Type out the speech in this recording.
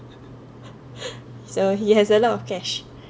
so he has a lot of cash